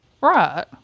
right